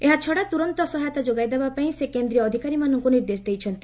ଏହାଛଡ଼ା ତୁରନ୍ତ ସହାୟତା ଯୋଗାଇ ଦେବାପାଇଁ ସେ କେନ୍ଦ୍ରୀୟ ଅଧିକାରୀମାନଙ୍କୁ ନିର୍ଦ୍ଦେଶ ଦେଇଛନ୍ତି